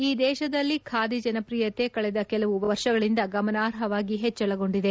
ಈ ದೇಶಗಳಲ್ಲಿ ಖಾದಿ ಜನಪ್ರಿಯತೆ ಕಳೆದ ಕೆಲವು ವರ್ಷಗಳಿಂದ ಗಮನಾರ್ಹವಾಗಿ ಹೆಚ್ಚಳಗೊಂಡಿದೆ